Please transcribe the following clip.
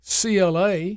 CLA